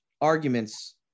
arguments